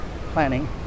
planning